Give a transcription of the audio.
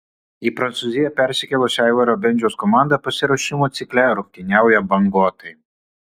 į prancūziją persikėlusio aivaro bendžiaus komanda pasiruošimo cikle rungtyniauja banguotai